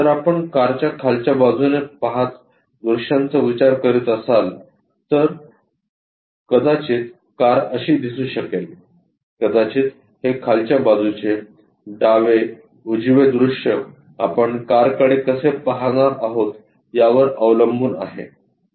जर आपण कारच्या खालच्या बाजूने पहात दृश्यांचा विचार करीत असाल तर कदाचित कार अशी दिसू शकेल कदाचित हे खालच्या बाजूचे डावे उजवे दृश्य आपण कारकडे कसे पाहणार आहोत यावर अवलंबून आहे